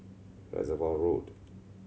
Reservoir Road